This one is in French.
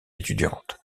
étudiantes